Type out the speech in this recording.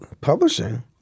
Publishing